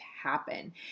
happen